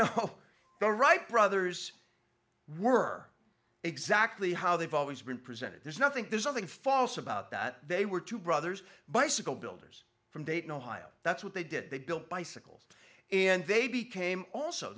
know the wright brothers were exactly how they've always been presented there's nothing there's nothing false about that they were two brothers bicycle builders from dayton ohio that's what they did they built bicycles and they became also